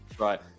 Right